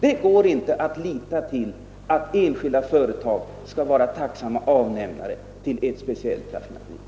Det går inte att lita till att enskilda företag skall vara tacksamma avnämare till raffinaderiet.